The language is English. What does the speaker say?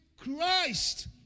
Christ